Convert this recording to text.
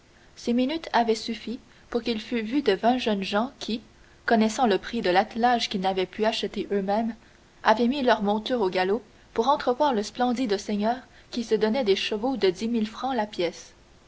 ces six minutes avaient suffi pour qu'il fût vu de vingt jeunes gens qui connaissant le prix de l'attelage qu'ils n'avaient pu acheter eux-mêmes avaient mis leur monture au galop pour entrevoir le splendide seigneur qui se donnait des chevaux de dix mille francs la pièce